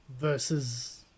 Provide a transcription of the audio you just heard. versus